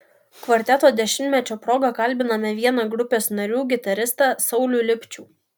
kvarteto dešimtmečio proga kalbiname vieną grupės narių gitaristą saulių lipčių